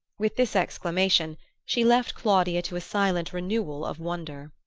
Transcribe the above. with this exclamation she left claudia to a silent renewal of wonder.